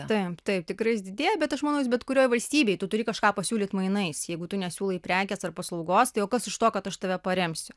taip taip tikrai jis didėja bet aš manau jis bet kurioje valstybėj tu turi kažką pasiūlyt mainais jeigu tu nesiūlai prekės ar paslaugos tai o kas iš to kad aš tave paremsiu